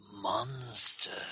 monster